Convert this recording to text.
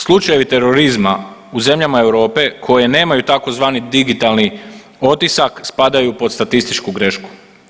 Slučajevi terorizma u zemljama Europe koje nemaju tzv. digitalni otisak spadaju pod statističku grešku.